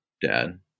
dad